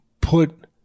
put